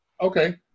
Okay